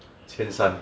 千三